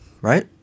right